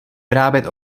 vyrábět